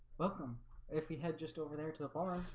welcome if he had just over there to the ponds.